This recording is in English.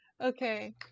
Okay